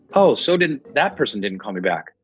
oh, so didn't that person didn't call me back.